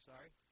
Sorry